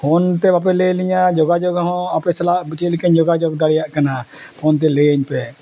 phone ᱛᱮ ᱵᱟᱯᱮ ᱞᱟᱹᱭ ᱟᱹᱞᱤᱧᱟ ᱡᱳᱜᱟᱡᱳᱜᱽ ᱦᱚᱸ ᱟᱯᱮ ᱥᱟᱞᱟᱜ ᱪᱮᱫ ᱞᱮᱠᱟᱧ ᱡᱳᱜᱟᱡᱳᱜᱽ ᱫᱟᱲᱮᱭᱟᱜ ᱠᱟᱱᱟ ᱯᱷᱳᱱ ᱛᱮ ᱞᱟᱹᱭᱟᱹᱧ ᱯᱮ